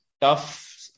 tough